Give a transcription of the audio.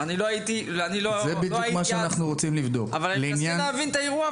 אני לא הייתי אז, אבל אני מנסה להבין את האירוע.